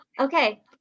Okay